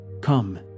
Come